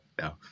No